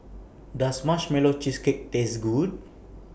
Does Marshmallow Cheesecake Taste Good